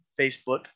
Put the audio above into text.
Facebook